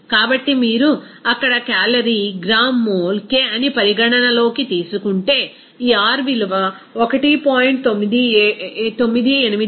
కాబట్టి మీరు అక్కడ క్యాలరీ గ్రామ్ మోల్ K అని పరిగణనలోకి తీసుకుంటే ఈ R విలువ 1